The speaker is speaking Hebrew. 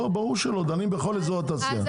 ברור שלא, דנים בכל אזור התעשייה.